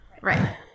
Right